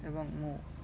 ଏବଂ ମୁଁ